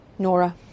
Nora